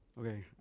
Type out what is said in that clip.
Okay